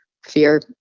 Fear